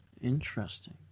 Interesting